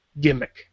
gimmick